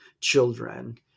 children